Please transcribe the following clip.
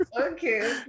okay